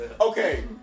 Okay